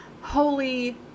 Holy